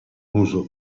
uso